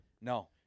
No